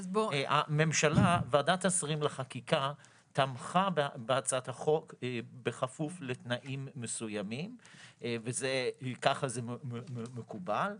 ועדת השרים לחקיקה תמכה בהצעת החוק בכפוף לתנאים מסוימים וככה זה מקובל,